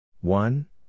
One